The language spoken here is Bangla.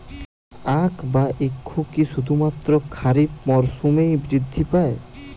আখ বা ইক্ষু কি শুধুমাত্র খারিফ মরসুমেই বৃদ্ধি পায়?